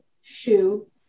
shoe